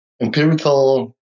empirical